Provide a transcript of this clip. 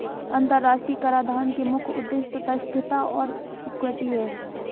अंतर्राष्ट्रीय कराधान के मुख्य उद्देश्य तटस्थता और इक्विटी हैं